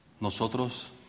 Nosotros